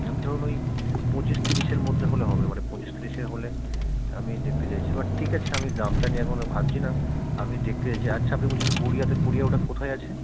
এমনি ধরুন ওই পঁচিশ ত্রিশের মধ্যে হলে হবে মানে পঁচিশ ত্রিশে হলে আমি দেখতে চাইছি বাট ঠিক আছে আমি দামটা নিয়ে এখন ভাবছি না আমি দেখতে চাইছি আচ্ছা আপনি বলছেন গড়িয়াতে গড়িয়া ওটা কোথায় আছে